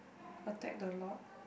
attack the lot